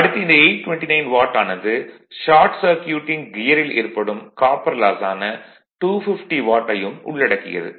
அடுத்து இந்த 829 வாட் ஆனது ஷார்ட் சர்க்யூட்டிங் கியரில் ஏற்படும் காப்பர் லாஸ் ஆன 250 வாட் ஐயும் உள்ளடக்கியது